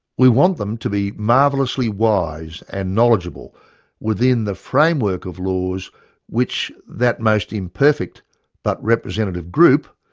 we want them to be marvellously wise and knowledgeable within the framework of laws which that most imperfect but representative group,